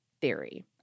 theory